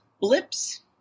blips